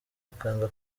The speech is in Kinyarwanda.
akanga